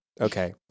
Okay